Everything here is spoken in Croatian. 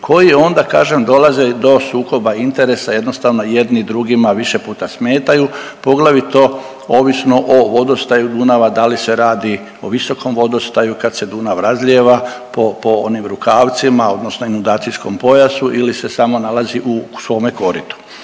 koji onda kažem dolaze do sukoba interesa, jednostavno jedni drugima više puta smetaju, poglavito ovisno o vodostaju Dunava da li se radi o visokom vodostaju kad se Dunav razlijeva po, po onim rukavcima odnosno inundacijski pojasu ili se samo nalazi u svome koritu.